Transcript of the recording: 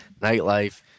nightlife